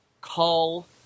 call